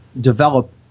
develop